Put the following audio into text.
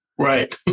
Right